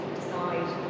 decide